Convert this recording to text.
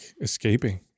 escaping